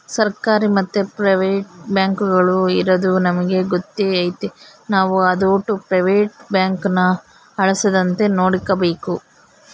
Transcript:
ಸರ್ಕಾರಿ ಮತ್ತೆ ಪ್ರೈವೇಟ್ ಬ್ಯಾಂಕುಗುಳು ಇರದು ನಮಿಗೆ ಗೊತ್ತೇ ಐತೆ ನಾವು ಅದೋಟು ಪ್ರೈವೇಟ್ ಬ್ಯಾಂಕುನ ಅಳಿಸದಂತೆ ನೋಡಿಕಾಬೇಕು